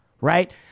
right